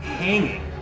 hanging